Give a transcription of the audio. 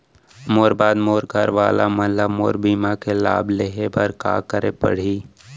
मोर बाद मोर घर वाला मन ला मोर बीमा के लाभ लेहे बर का करे पड़ही?